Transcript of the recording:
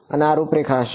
અને આ રૂપરેખા હશે